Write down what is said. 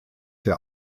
der